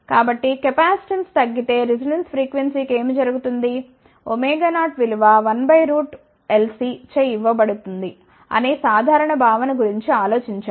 కాబట్టికెపాసిటెన్స్ తగ్గితే resonance frequency కి ఏమి జరుగుతుంది 0 విలువ 1 LC చే ఇవ్వబడుతుంది అనే సాధారణ భావన గురించి ఆలోచించండి